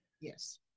Yes